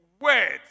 words